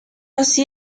así